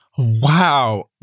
wow